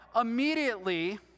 immediately